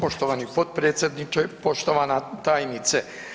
Poštovani potpredsjedniče, poštovana tajnice.